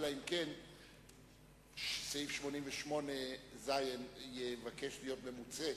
אלא אם כן סעיף 88(ז) יבקש להיות ממוצה.